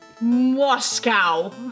Moscow